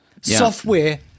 Software